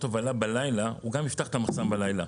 הובלה בלילה הוא גם יפתח את המחסן בלילה,